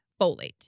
folate